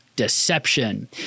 deception